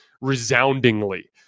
resoundingly